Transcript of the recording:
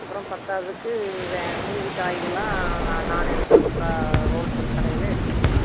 அப்புறோம் பத்தாததுக்கு வே மீதி காய்கள் எல்லாம் நான் நான் எடுக்கிற பக்கம் ஹோல்சேல் கடையில் எடுத்துக்கலாம்